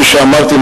כפי שאמרתי,